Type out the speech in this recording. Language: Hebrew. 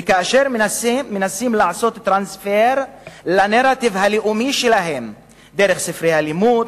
וכאשר מנסים לעשות טרנספר לנרטיב הלאומי שלהם דרך ספרי הלימוד,